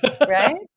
Right